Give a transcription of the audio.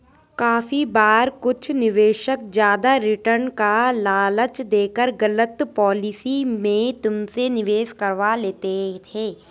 काफी बार कुछ निवेशक ज्यादा रिटर्न का लालच देकर गलत पॉलिसी में तुमसे निवेश करवा लेते हैं